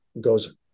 goes